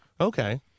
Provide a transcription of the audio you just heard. Okay